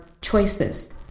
choices